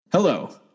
Hello